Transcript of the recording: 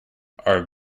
our